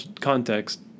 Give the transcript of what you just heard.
context